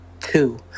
Two